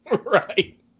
Right